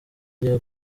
rya